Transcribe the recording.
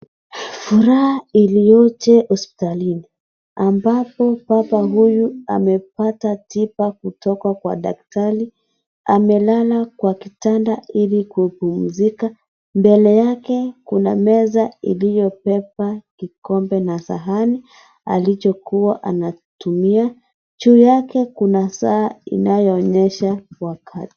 Furaha iliyoje hospitalini ambapo baba huyu amepata tiba kutoka kwa daktari. Amelala kwa kitanda ili kupumzika. Mbele yake kuna meza iliyowekwa kikombe na sahani alichokuwa anatumia. Juu yake kuna saa inayoonyesha wakati.